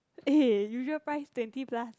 eh usual price twenty plus